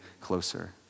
closer